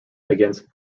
against